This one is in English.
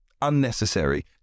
Unnecessary